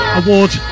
award